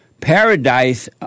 paradise